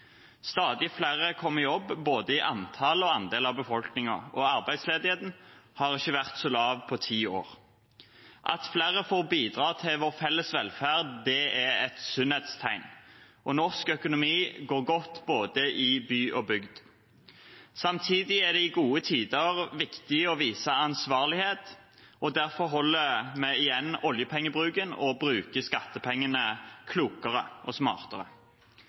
Stadig flere kommer i jobb, både i antall og andel av befolkningen. Arbeidsledigheten har ikke vært så lav på ti år. At flere får bidra til vår felles velferd, er et sunnhetstegn. Norsk økonomi går godt, både i by og bygd. Samtidig er det i gode tider viktig å vise ansvarlighet. Derfor holder vi igjen oljepengebruken og bruker skattepengene klokere og smartere.